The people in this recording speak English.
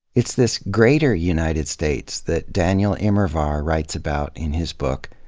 it's this greater united states that daniel immerwahr writes about in his book,